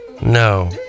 No